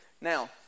Now